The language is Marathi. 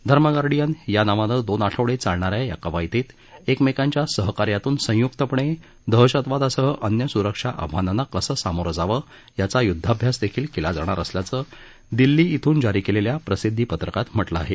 धर्म गार्डियन या नावानं दोन आठवडे चालणाऱ्या या कवायतीत एकमेकांच्या सहकार्यातून संयुक्तपणे दहशतवादासह अन्य सुरक्षा आव्हानांना कसं समोर जावं याचा युद्धाभ्यास देखील केला जाणार असल्याचं दिल्ली इथून जारी केलेल्या सरकारी प्रसिद्धी पत्रकात म्हटलं आहे